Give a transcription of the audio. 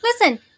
Listen